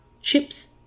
chips